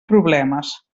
problemes